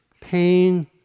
pain